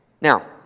Now